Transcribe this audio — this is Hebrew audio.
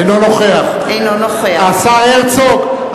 אינו נוכח השר הרצוג,